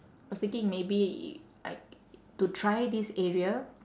I was thinking maybe I to try this area